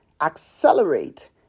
accelerate